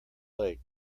lake